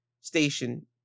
station